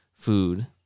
food